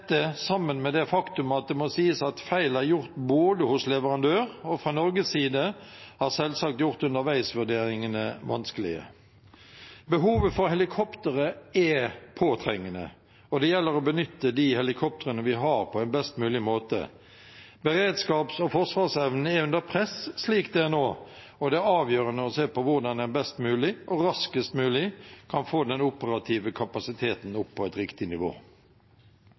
må sies at feil er gjort både hos leverandør og fra Norges side, har selvsagt gjort underveisvurderingene vanskelige. Behovet for helikoptre er påtrengende, og det gjelder å benytte de helikoptrene vi har, på en best mulig måte. Beredskaps- og forsvarsevnen er under press slik det er nå, og det er avgjørende å se på hvordan en best mulig og raskest mulig kan få den operative kapasiteten opp på et riktig nivå.